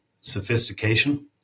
sophistication